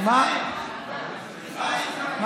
מה את אומרת?